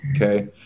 Okay